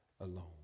alone